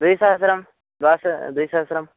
द्विसहस्रं द्वास द्विसहस्रम्